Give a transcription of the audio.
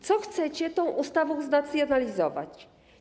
Co chcecie tą ustawą zracjonalizować?